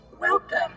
Welcome